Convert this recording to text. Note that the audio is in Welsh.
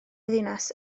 ddinas